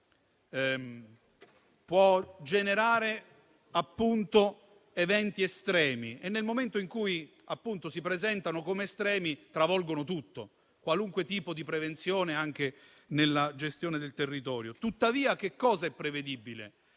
può generare eventi estremi e, nel momento in cui si presentano come estremi, travolgono tutto, qualunque tipo di prevenzione anche nella gestione del territorio. Tuttavia, che cosa è prevedibile?